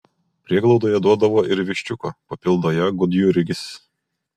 prieglaudoje duodavo ir viščiuko papildo ją gudjurgis